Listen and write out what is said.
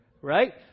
Right